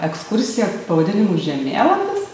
ekskursiją pavadinimu žemėlapis